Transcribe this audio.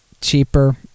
cheaper